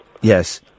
Yes